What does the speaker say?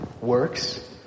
works